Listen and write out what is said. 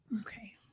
okay